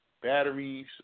batteries